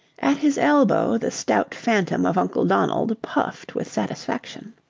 at his elbow the stout phantom of uncle donald puffed with satisfaction.